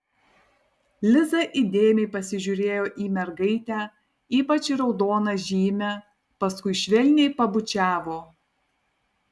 liza įdėmiai pasižiūrėjo į mergaitę ypač į raudoną žymę paskui švelniai pabučiavo